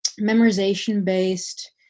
memorization-based